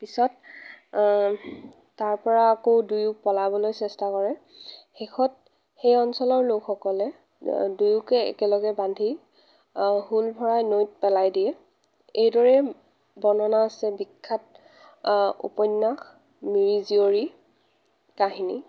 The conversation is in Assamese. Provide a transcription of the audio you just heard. পিছত তাৰ পৰা আকৌ দুয়ো পলাবলৈ চেষ্টা কৰে শেষত সেই অঞ্চলৰ লোকসকলে দুয়োকে একেলগে বান্ধি হুল ভৰাই নৈত পেলাই দিয়ে এইদৰে বৰ্ণনা আছে বিখ্যাত উপন্যাস মিৰি জিয়ৰী কাহিনী